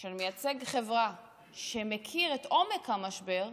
של מייצג חברה שמכיר את עומק המשבר,